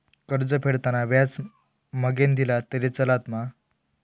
कर्ज फेडताना व्याज मगेन दिला तरी चलात मा?